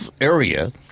area